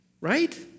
right